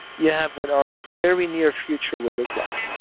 you have what our very near future will look like.